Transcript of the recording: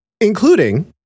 Including